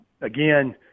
again